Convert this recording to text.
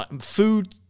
food